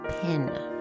PIN